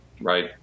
right